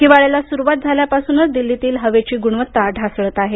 हिवाळ्याला सुरुवात झाल्यापासूनच दिल्लीतील हवेची गुणवत्ता ढासळत आहे